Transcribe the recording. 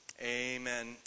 Amen